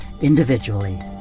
individually